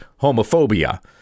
homophobia